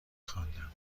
خواندم